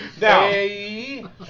Now